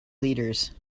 leaders